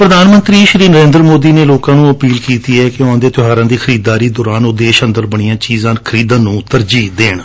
ਪ੍ਰਧਾਮੰਤਰੀ ਸ੍ਰੀ ਨਰੇਂਦਰ ਮੋਦੀ ਨੇ ਲੋਕਾਂ ਨੂੰ ਅਪੀਲ ਕੀਤੀ ਹੈ ਕਿ ਆਉਂਦੇ ਤਿਓਹਾਰਾਂ ਦੀ ਖਰੀਦਦਾਰੀ ਦੌਰਾਨ ਉਹ ਦੇਸ਼ ਅੰਦਰ ਬਣੀਆਂ ਚੀਜਾਂ ਖਰੀਦਣ ਨੂੰ ਤਰਜੀਹ ਦੇਣ